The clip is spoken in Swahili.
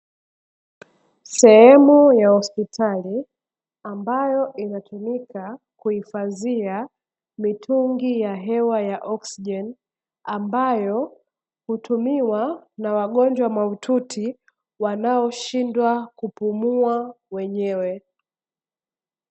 Sehemu ya hospitali, mabayo inatumika kuhifadhia mitungi ya hewa ya oksijeni ambayo hutumiwa na wagonjwa mahututi wanaoshindwa kupumua wenyewe.